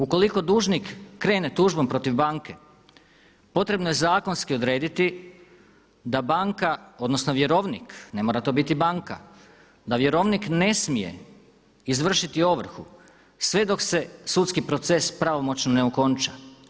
Ukoliko dužnik krene tužbom protiv banke potrebno je zakonski odrediti da banka odnosno vjerovnik, ne mora to biti banka, da vjerovnik ne smije izvršiti ovrhu sve dok se sudski proces pravomoćno ne okonča.